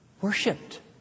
worshipped